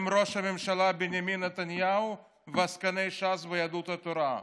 הם ראש הממשלה בנימין נתניהו ועסקני ש"ס ויהדות התורה,